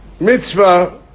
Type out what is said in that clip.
Mitzvah